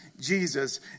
Jesus